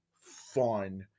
fun